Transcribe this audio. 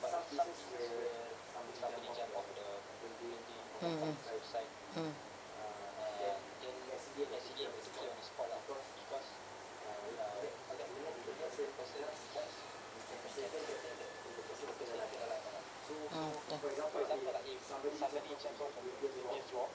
mm mm mm mm